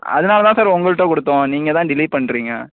அதனால தான் சார் உங்கள்ட்ட கொடுத்தோம் நீங்கள் தான் டிலே பண்ணுறிங்க